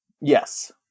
Yes